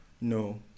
No